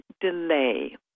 delay